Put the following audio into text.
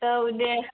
औ दे